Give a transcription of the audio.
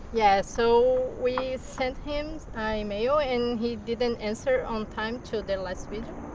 yeah. so we sent him email and he didn't answer on time to the last video.